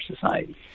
society